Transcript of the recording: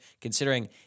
considering